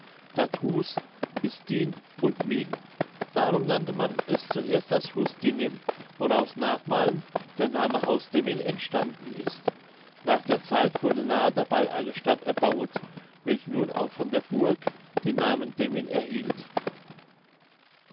hus ist din und min darum nannte man es zuerst das hus dinmin woraus hernachmalen der name haus demmin entstanden ist nach der zeit wurde nahe dabei eine stadt erbauet welche nun auch von der burg den namen demmin erhielt